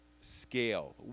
scale